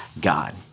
God